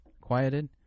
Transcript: quieted